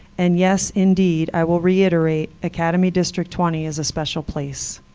and yes, indeed, i will reiterate, academy district twenty is a special place.